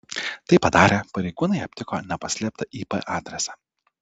tai padarę pareigūnai aptiko nepaslėptą ip adresą